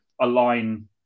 align